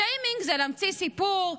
שיימינג זה להמציא סיפור,